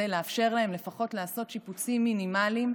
לאפשר להם לפחות לעשות שיפוצים מינימליים,